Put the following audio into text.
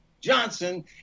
Johnson